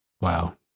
Wow